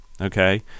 okay